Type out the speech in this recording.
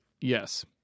Yes